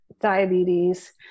diabetes